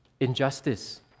Injustice